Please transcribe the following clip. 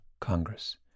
Congress